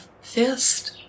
fist